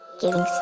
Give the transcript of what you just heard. giving